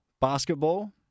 basketball